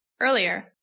Earlier